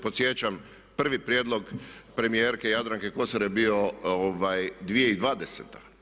Podsjećam prvi prijedlog premijerke Jadranke Kosor je bio 2020.